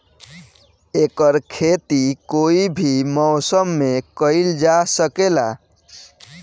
एकर खेती कोई भी मौसम मे कइल जा सके ला